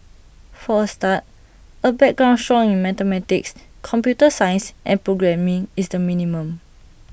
for A start A background strong in mathematics computer science and programming is the minimum